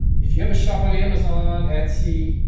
if you have a shop on amazon, etsy,